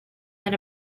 than